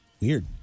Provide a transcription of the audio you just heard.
Weird